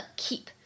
keep